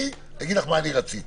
מה רציתי